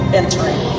entering